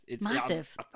Massive